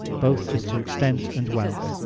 both as to extent and wealth,